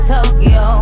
Tokyo